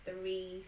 three